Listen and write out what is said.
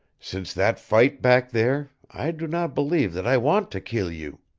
since that fight back there i do not believe that i want to kill you.